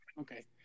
Okay